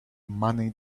money